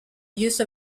use